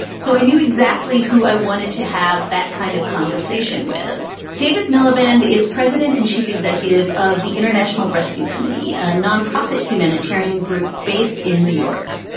so i knew exactly who i wanted to have that kind of conversation with. david miliband is president and chief executive of the international rescue committee, a non-profit humanitarian group based in new york.